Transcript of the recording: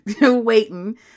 waiting